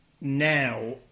now